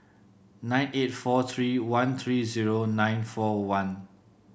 nine eight four three one three zero nine four one